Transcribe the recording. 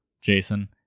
Jason